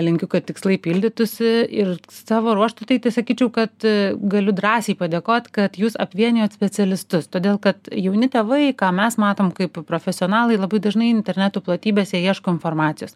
linkiu kad tikslai pildytųsi ir savo ruožtu tai tai sakyčiau kad galiu drąsiai padėkot kad jūs apvienijot specialistus todėl kad jauni tėvai ką mes matom kaip profesionalai labai dažnai interneto platybėse ieško informacijos